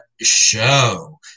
Show